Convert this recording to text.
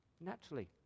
Naturally